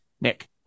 Nick